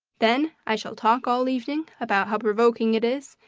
then i shall talk all evening about how provoking it is,